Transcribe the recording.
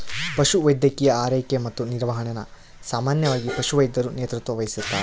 ಪಶುವೈದ್ಯಕೀಯ ಆರೈಕೆ ಮತ್ತು ನಿರ್ವಹಣೆನ ಸಾಮಾನ್ಯವಾಗಿ ಪಶುವೈದ್ಯರು ನೇತೃತ್ವ ವಹಿಸ್ತಾರ